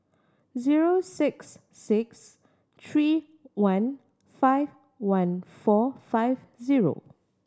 zero six six three one five one four five zero